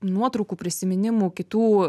nuotraukų prisiminimų kitų